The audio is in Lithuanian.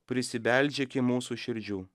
prisibeldžia iki mūsų širdžių